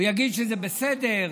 יגיד שזה בסדר,